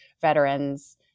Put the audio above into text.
veterans